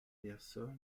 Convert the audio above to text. personne